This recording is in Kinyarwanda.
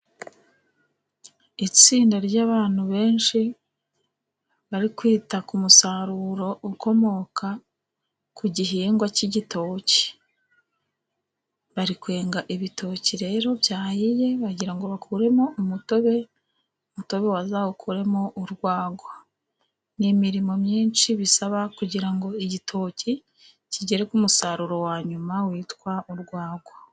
Itsinda ry'abantu benshi bari kwita ku musaruro ukomoka ku gihingwa cy'igitoki, bari kwenga ibitoki rero byahiye bagirango bakuremo umutobe, umutobe bazawukuremo urwagwa. Ni imirimo myinshi bisaba kugira ngo igitoki kigere ku musaruro wa nyuma witwa urwagwa.